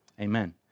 Amen